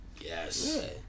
Yes